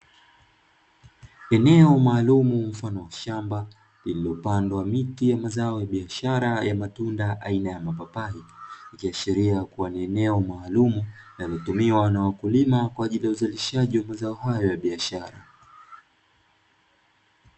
Eneo maalumu mfano wa shamba lililopandwa miti ya mazao ya biashara ya matunda aina ya mapapai; ikiashiria kuwa ni eneo maalumu linalotumiwa na wakulima kwa ajili ya uzalishaji wa mazao hayo ya biashara.